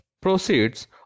proceeds